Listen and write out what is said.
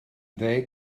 ddeng